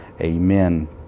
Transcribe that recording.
Amen